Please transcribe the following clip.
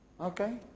Okay